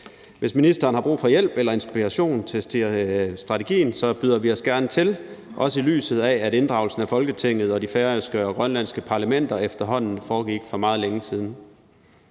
Hvis ministeren har brug for hjælp eller inspiration til strategien, byder vi os gerne til, også set i lyset af at inddragelsen af Folketinget og parlamentet på henholdsvis Færøerne og Grønland efterhånden foregik for meget længe siden.